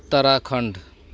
Uttarakhand